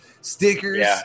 Stickers